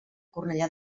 cornellà